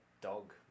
dog